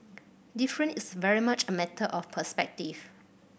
different is very much a matter of perspective